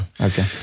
Okay